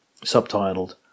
subtitled